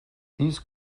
these